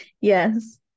yes